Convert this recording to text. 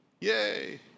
Yay